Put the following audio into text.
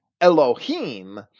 Elohim